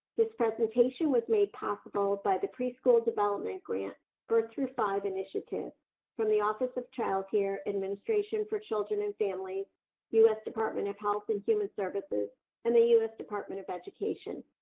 this presentation was made possible by the preschool development grant birth through five initiative from the office of childcare administration for children and families u s. department of health and human services and the u s. department of education.